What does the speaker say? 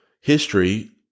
history